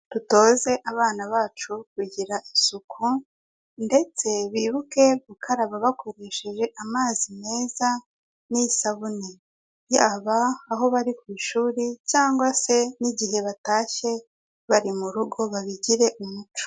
Dutoze abana bacu kugira isuku ndetse bibuke gukaraba bakoresheje amazi meza n'isabune. Yaba aho bari ku ishuri cyangwa se n'igihe batashye bari mu rugo babigire umuco.